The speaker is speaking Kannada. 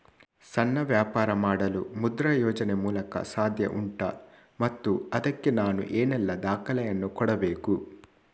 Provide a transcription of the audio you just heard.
ಸಣ್ಣ ವ್ಯಾಪಾರ ಮಾಡಲು ಮುದ್ರಾ ಯೋಜನೆ ಮೂಲಕ ಸಾಧ್ಯ ಉಂಟಾ ಮತ್ತು ಅದಕ್ಕೆ ನಾನು ಏನೆಲ್ಲ ದಾಖಲೆ ಯನ್ನು ಕೊಡಬೇಕು?